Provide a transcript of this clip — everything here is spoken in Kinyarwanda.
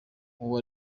uwo